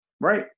Right